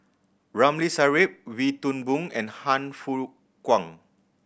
Ramli Sarip Wee Toon Boon and Han Fook Kwang